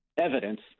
evidence